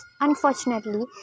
unfortunately